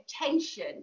attention